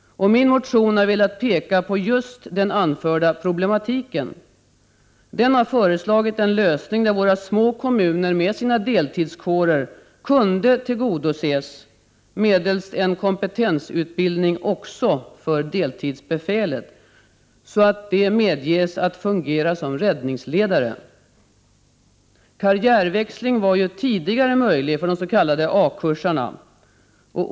I min motion har jag velat peka på just den anförda problematiken. Jag har föreslagit en lösning, där de små kommunerna med sina deltidskårer kunde tillgodoses medelst en kompetensutbildning också för deltidsbefälet, som därmed skulle medges att fungera som räddningsledare. Karriärväxling var ju tidigare möjlig för de s.k. A-kursarna.